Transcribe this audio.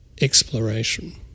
exploration